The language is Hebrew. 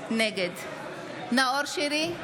נגד נאור שירי,